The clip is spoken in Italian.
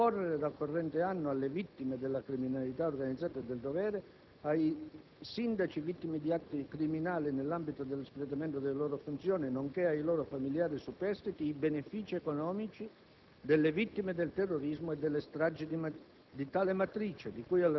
Inoltre, la legge finanziaria del 2008 riconosce, a decorrere dal corrente anno, alle vittime della criminalità organizzata e del dovere, ai sindaci vittime di atti criminali nell'ambito dell'espletamento delle loro funzioni, nonché ai loro familiari superstiti, i benefìci economici